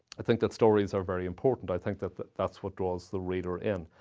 i think that stories are very important. i think that that that's what draws the reader in.